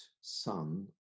son